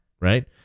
Right